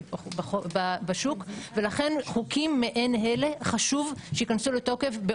בשוק ולכן חוקים מעין אלה חשוב שייכנסו לתוקף,